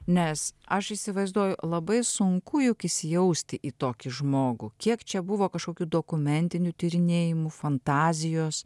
nes aš įsivaizduoju labai sunku juk įsijausti į tokį žmogų kiek čia buvo kažkokių dokumentinių tyrinėjimų fantazijos